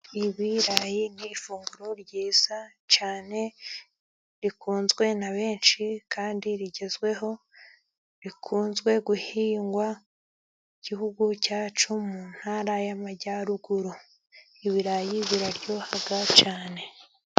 Ibirayi ni ifunguro ryiza cyane rikunzwe na benshi, kandi rigezweho, bikunzwe guhingwa mu igihugu cyacu, mu ntara y'Amajyaruguru. Ibirayi biraryoha cyane.